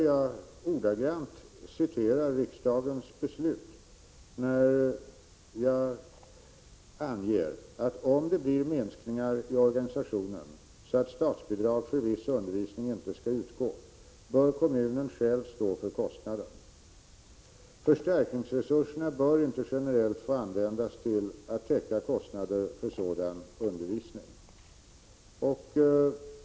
Jag vill återge vad riksdagen uttalade i samband med sitt beslut: Om det blir minskningar i organisationen så att statsbidrag för viss undervisning inte skall utgå bör kommunen själv stå för kostnaden. Förstärkningsresurserna bör inte generellt få användas till att täcka kostnader för sådan undervisning.